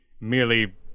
merely